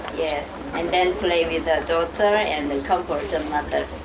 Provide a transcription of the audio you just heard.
and then played with her daughter and and comforted the